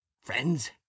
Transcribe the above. friends